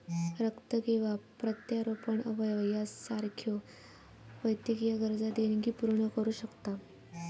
रक्त किंवा प्रत्यारोपण अवयव यासारख्यो वैद्यकीय गरजा देणगी पूर्ण करू शकता